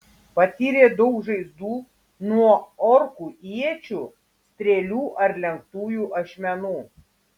patyrė daug žaizdų nuo orkų iečių strėlių ar lenktųjų ašmenų